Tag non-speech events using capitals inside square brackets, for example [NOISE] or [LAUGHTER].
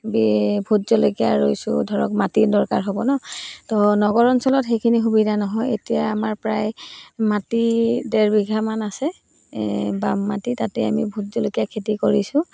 [UNINTELLIGIBLE] vote জলকীয়া ৰৈছোঁ ধৰক মাটিৰ দৰকাৰ হ'ব ন তো নগৰ অঞ্চলত সেইখিনি সুবিধা নহয় এতিয়া আমাৰ প্ৰায় মাটি ডেৰ বিঘামান আছে বাম মাটি তাতে আমি ভোট জলকীয়া খেতি কৰিছোঁ